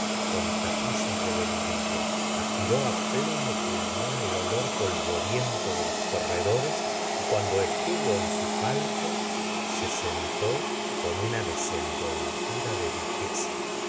con tapices de veludillo aspiró á pleno pulmón el olor polvoriento de los corredores y cuando estuvo en su palco se sentó con una desenvoltura de duquesa